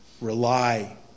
rely